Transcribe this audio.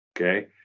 okay